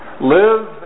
Live